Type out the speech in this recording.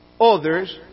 others